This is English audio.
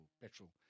petrol